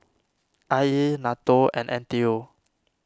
I E Nato and N T U